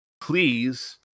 please